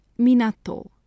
Minato